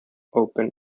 open